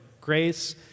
grace